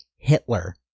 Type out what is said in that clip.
hitler